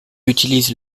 utilise